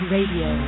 Radio